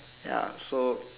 ya so